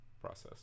process